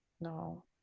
No